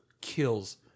kills